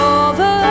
over